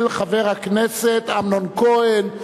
של חבר הכנסת אמנון כהן.